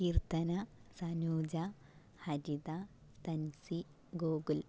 Keerthana Sanuja Haritha Thansi Gokul